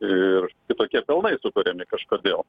ir kitokie pelnai sukuriami kažkodėl